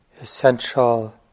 essential